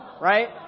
right